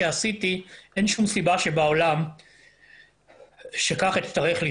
אין נסיעה ישירה מרמלה